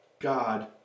God